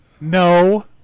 no